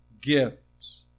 gifts